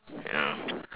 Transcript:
ya